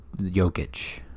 Jokic